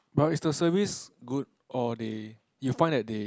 but is the service good or they you find that they